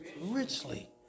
Richly